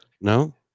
no